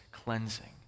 Cleansing